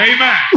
Amen